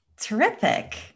Terrific